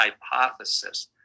hypothesis